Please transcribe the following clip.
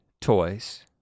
toys